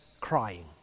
crying